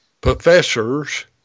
professors